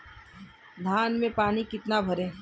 धान में पानी कितना भरें?